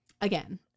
again